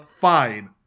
Fine